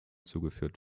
zugeführt